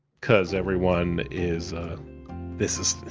cause everyone is this is.